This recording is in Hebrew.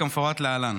כמפורט להלן: